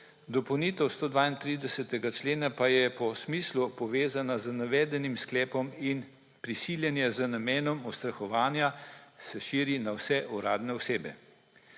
dopolnitev 132. člena pa je po smislu povezana z navedenim sklepom in prisiljenje z namenom ustrahovanja se širi na vse uradne osebe.